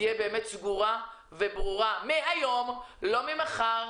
בג"ץ תהיה באמת סגורה וברורה, מהיום, לא ממחר.